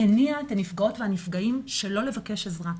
הניעה את הנפגעות והנפגעים שלא לבקש עזרה,